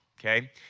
Okay